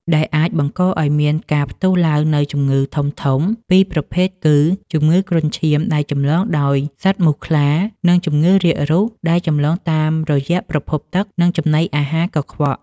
ដែលអាចបង្កឱ្យមានការផ្ទុះឡើងនូវជំងឺធំៗពីរប្រភេទគឺ ជំងឺគ្រុនឈាមដែលចម្លងដោយសត្វមូសខ្លា និងជំងឺរាករូសដែលចម្លងតាមរយៈប្រភពទឹក និងចំណីអាហារកខ្វក់។